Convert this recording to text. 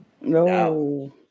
No